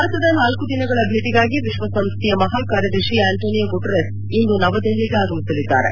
ಭಾರತದ ನಾಲ್ಕು ದಿನಗಳ ಭೇಟಿಗಾಗಿ ವಿಶ್ವ ಸಂಸ್ಥೆಯ ಮಪಾಕಾರ್ಯದರ್ಶಿ ಆಂಟೊನಿಯೊ ಗುಟೆರಸ್ ಇಂದು ನವದೆಹಲಿಗೆ ಆಗಮಿಸಲಿದ್ದಾರೆ